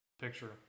picture